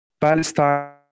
Palestine